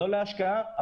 זול להשקעה,